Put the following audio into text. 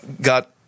got